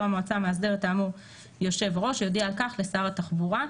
המועצה המאסדרת האמור יושב הראש יודיע על כך לשר התחבורה".